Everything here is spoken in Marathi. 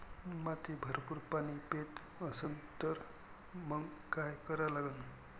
माती भरपूर पाणी पेत असन तर मंग काय करा लागन?